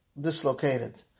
dislocated